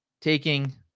taking